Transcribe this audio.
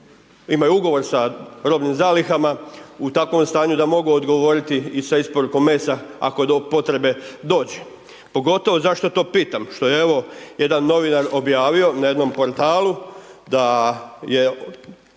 imaju ugovor sa robnim zalihama u takvom stanju da mogu odgovoriti i sa isporukom mesa ako do potrebe dođe. Pogotovo zašto to pitam, što je evo jedan novinar objavio na jednom portalu da je